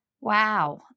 wow